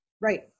Right